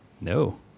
No